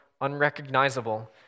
unrecognizable